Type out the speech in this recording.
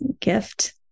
gift